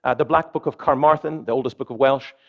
and the black book of carmarthen, the oldest book of welsh,